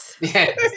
yes